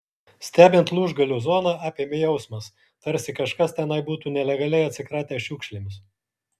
stebint lūžgalių zoną apėmė jausmas tarsi kažkas tenai būtų nelegaliai atsikratęs šiukšlėmis